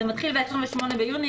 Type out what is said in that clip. זה מתחיל ב-28 ביוני,